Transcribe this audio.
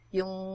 yung